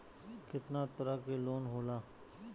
केतना तरह के लोन होला?